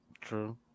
True